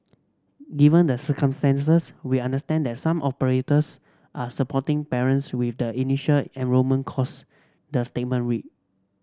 given the circumstances we understand that some operators are supporting parents with the initial enrolment costs the statement read